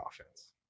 offense